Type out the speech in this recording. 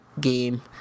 game